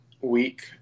week